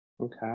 Okay